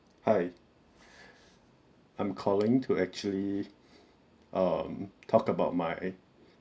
hi I'm calling to actually um talk about my